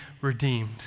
redeemed